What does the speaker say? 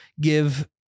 give